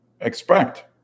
expect